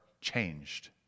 changed